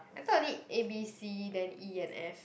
I thought only A B C then E and F